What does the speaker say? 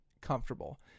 comfortable